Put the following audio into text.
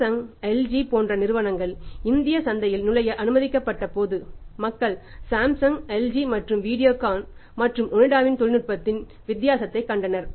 Samsung LG போன்ற நிறுவனங்கள் இந்திய சந்தையில் நுழைய அனுமதிக்கப்பட்ட போது மக்கள் சாம்சங் LG மற்றும் வீடியோகான் மற்றும் ஒனிடாவின் தொழில்நுட்பத்தில் வித்தியாசத்தைக் கண்டனர்